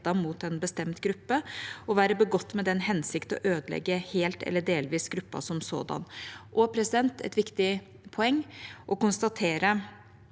mot en bestemt gruppe og være begått med den hensikt å ødelegge helt eller delvis gruppen som sådan. Et viktig poeng er at å konstatere